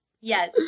Yes